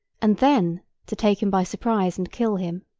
and then to take him by surprise and kill him.